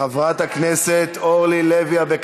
חברת הכנסת גרמן.